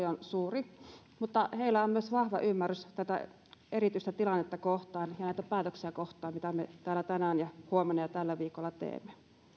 on suuri mutta heillä on myös vahva ymmärrys tätä erityistä tilannetta kohtaan ja näitä päätöksiä kohtaan mitä me täällä tänään ja huomenna ja tällä viikolla teemme